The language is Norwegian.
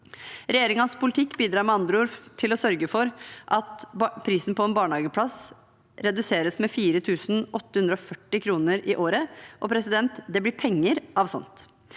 Regjeringens politikk bidrar med andre ord til å sørge for at prisen på en barnehageplass reduseres med 4 840 kr i året, og det blir penger av slikt.